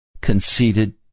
conceited